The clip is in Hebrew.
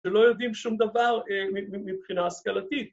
‫שלא יודעים שום דבר מבחינה השכלתית.